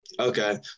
Okay